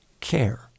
care